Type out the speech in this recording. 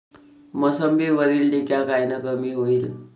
मोसंबीवरील डिक्या कायनं कमी होईल?